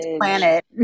planet